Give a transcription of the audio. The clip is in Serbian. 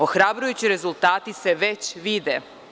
Ohrabrujući rezultati se već vide.